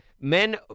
men